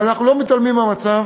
אבל אנחנו לא מתעלמים מהמצב,